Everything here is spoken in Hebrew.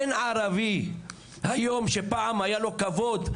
אין ערבי היום שפעם היה לו כבוד.